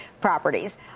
Properties